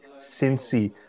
Cincy